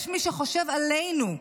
יש מי שחושב עלינו,